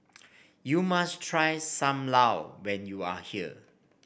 you must try Sam Lau when you are here